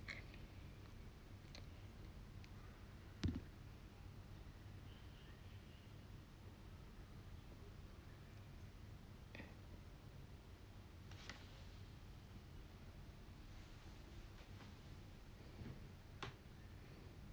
do